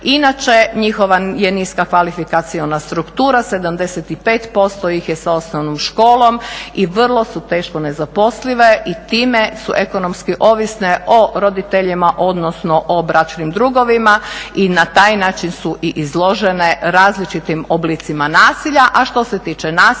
Inače je njihova niska kvalifikaciona struktura 75% sa osnovnom školom i vrlo su teško nezaposlive i time su ekonomski ovisne o roditeljima odnosno o bračnim drugovima i na taj način su izložene različitim oblicima nasilja. A što se tiče nasilja